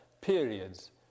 periods